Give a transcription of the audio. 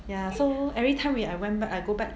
ya so everytime we I went back I go back